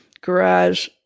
garage